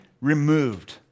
removed